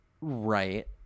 Right